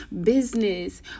business